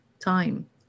time